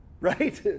right